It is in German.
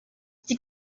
sie